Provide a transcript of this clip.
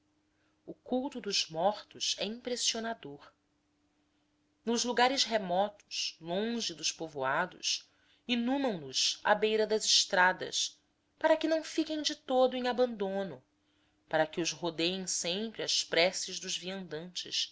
o culto dos mortos é impressionador nos lugares remotos longe dos povoados inumam nos à beira das estradas para que não fiquem de todo em abandono para que os rodeiem sempre as preces dos